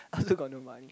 I also got no money